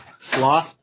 Sloth